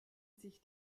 sich